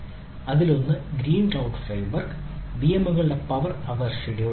അതിലൊന്ന് green cloud framework വിഎമ്മുകളുടെ power aware scheduling ആണ്